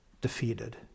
defeated